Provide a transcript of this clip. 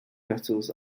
vessels